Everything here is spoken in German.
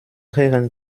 herren